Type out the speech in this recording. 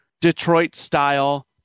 Detroit-style